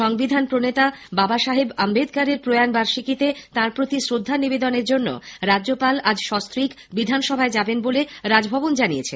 সংবিধান প্রণেতা বাবাসাহেব আম্বেদকরের প্রয়াণ বার্ষিকীতে তাঁর প্রতি শ্রদ্ধা নিবেদনের জন্য রাজ্যপাল আজ সস্ত্রীক বিধানসভা ভবনে যাবেন বলে রাজভবন জানিয়েছে